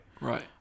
Right